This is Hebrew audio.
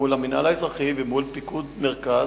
צריכות להיות מופנות מול המינהל האזרחי ומול פיקוד מרכז,